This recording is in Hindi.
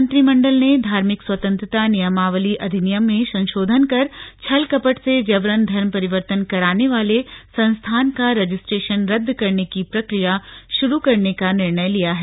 राज्य मंत्रिमण्डल ने धार्मिक स्वतंत्रता नियमावली अधिनियम में संशोधन कर छल कपट से जबरन धर्म परिवर्तन कराने वाले संस्थान का रजिस्ट्रेशन रद्द करने की प्रक्रिया शुरू करने का निर्णय लिया है